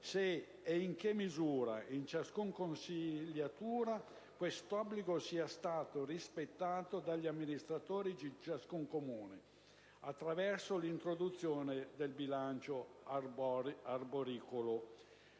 se e in che misura, in ciascuna consiliatura, quest'obbligo sia stato rispettato dagli amministratori di ciascun Comune, attraverso l'introduzione del bilancio arboricolo.